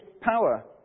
power